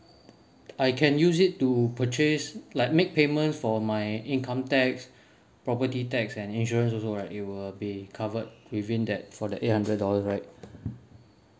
I can use it to purchase like make payments for my income tax property tax and insurance also right it will be covered within that for the eight hundred dollar right